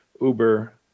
Uber